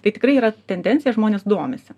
tai tikrai yra tendencija žmonės domisi